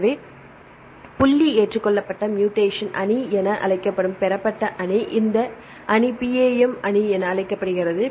எனவே புள்ளி ஏற்றுக்கொள்ளப்பட்ட மூடேசன் அணி என அழைக்கப்படும் பெறப்பட்ட அணி இந்த அணி PAM அணி என அழைக்கப்படுகிறது